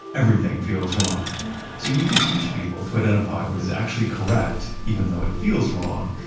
everything feels wrong. so you need to teach people to identify what is actually correct, even though it feels wrong,